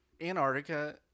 Antarctica